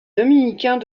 dominicains